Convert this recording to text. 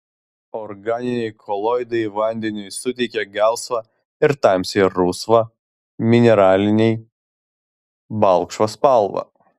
organiniai koloidai vandeniui suteikia gelsvą ir tamsiai rusvą mineraliniai balkšvą spalvą